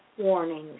warnings